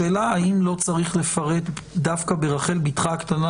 השאלה היא האם לא צריך לפרט דווקא ברחל בתך הקטנה,